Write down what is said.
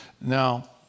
Now